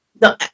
No